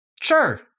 Sure